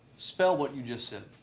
spell what you just said.